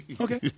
Okay